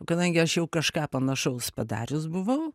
kadangi aš jau kažką panašaus padarius buvau